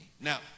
Now